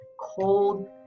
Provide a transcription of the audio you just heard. cold